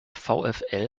vfl